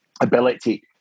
ability